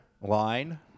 line